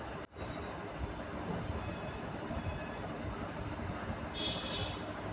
America में जोडक fishery केरो अस्सी मिलियन डॉलर केरो व्यापार छै